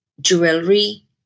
jewelry